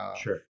Sure